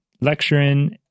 lecturing